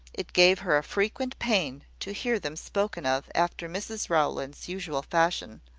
it gave her frequent pain to hear them spoken of after mrs rowland's usual fashion